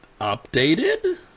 updated